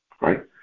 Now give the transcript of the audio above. right